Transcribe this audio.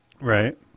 Right